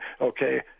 okay